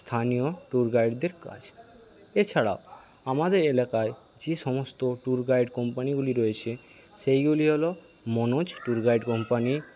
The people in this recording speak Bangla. স্থানীয় ট্যুর গাইডদের কাজ এছাড়াও আমাদের এলাকায় যে সমস্ত ট্যুর গাইড কোম্পানিগুলি রয়েছে সেইগুলি হল মনোজ ট্যুর গাইড কোম্পানি